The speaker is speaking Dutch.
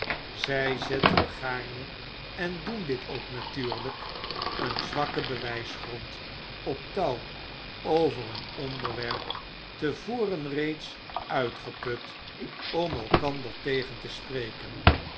zij zetten gaarne en doen dit ook natuurlijk een zwakken bewijsgrond op touw over een onderwerp te voren reeds uitgeput om elkander tegen te spreken